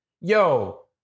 Yo